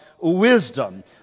wisdom